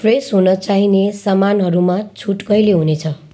fresh हुनचाहिने सामानहरूमा छुट कहिले हुनेछ